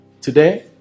Today